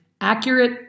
accurate